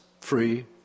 free